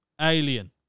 Alien